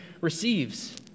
receives